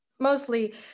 mostly